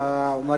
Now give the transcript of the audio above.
הדוברים,